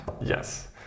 Yes